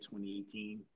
2018